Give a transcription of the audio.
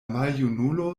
maljunulo